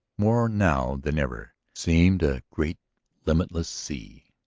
more now than ever, seemed a great limitless sea.